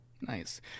Nice